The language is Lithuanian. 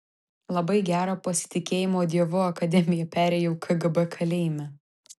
labai gerą pasitikėjimo dievu akademiją perėjau kgb kalėjime